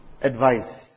advice